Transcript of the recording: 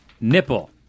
nipple